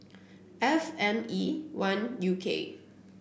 F N E one U K